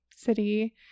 city